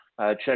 Check